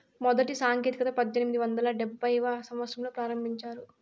మొదటి సాంకేతికత పద్దెనిమిది వందల డెబ్భైవ సంవచ్చరంలో ప్రారంభించారు